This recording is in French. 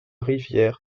rivière